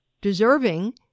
deserving